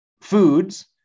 foods